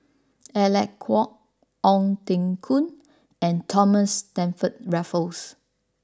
Alec Kuok Ong Teng Koon and Thomas Stamford Raffles